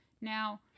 Now